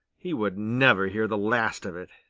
he would never hear the last of it.